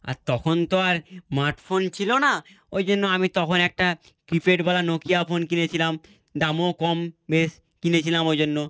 আর তখন তো আর স্মার্ট ফোন ছিল না ওই জন্য আমি তখন একটা কীপ্যাডওয়ালা নোকিয়া ফোন কিনেছিলাম দামও কম বেশ কিনেছিলাম ওই জন্য